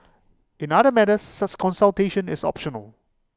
in other matters such consultation is optional